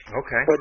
okay